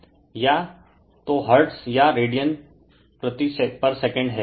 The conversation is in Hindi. या तो हर्ट्ज या रेडियन पर सेकंड है